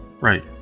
right